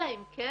אלא אם כן